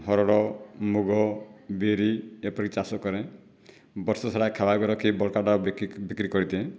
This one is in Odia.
ହରଡ଼ ମୁଗ ବିରି ଏପରି ଚାଷ କରେ ବର୍ଷ ସାରା ଖାଇବାକୁ ରଖି ବଳକାଟା ବିକ୍ରି ବିକ୍ରି କରିଦିଏ